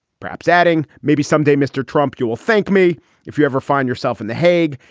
perhaps adding maybe someday, mr. trump, you'll thank me if you ever find yourself in the hague.